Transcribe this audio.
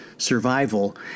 survival